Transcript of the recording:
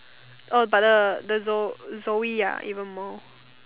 uh but the the Zo~ Zoey ah even more